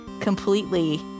completely